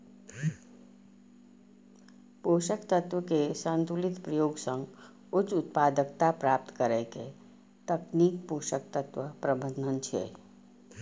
पोषक तत्व के संतुलित प्रयोग सं उच्च उत्पादकता प्राप्त करै के तकनीक पोषक तत्व प्रबंधन छियै